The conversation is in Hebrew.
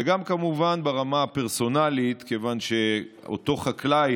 וגם כמובן ברמה הפרסונלית, כיוון שאותו חקלאי